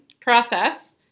process